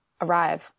arrive